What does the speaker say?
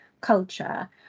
culture